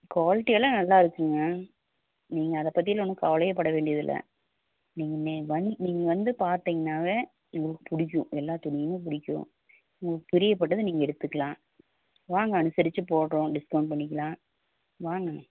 quality எல்லாம் நல்லாயிருக்குங்க நீங்கள் அதை பற்றில்லாம் ஒன்றும் கவலையே பண்ண வேண்டியதில்லை நீங்கள் நே வந்து நீங்கள் வந்து பார்த்தீங்னாவே உங்களுக்கு பிடிக்கும் எல்லாத்துக்குமே பிடிக்கும் உங்களுக்கு பிரியப்பட்டதை நீங்கள் எடுத்துக்கலாம் வாங்க அனுசரித்து போடுறோம் டிஸ்கௌண்ட் பண்ணிக்கலாம் வாங்க